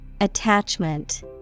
attachment